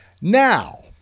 Now